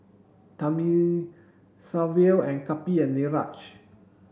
Thamizhavel Kapil and Niraj